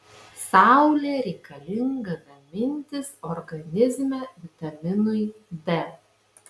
saulė reikalinga gamintis organizme vitaminui d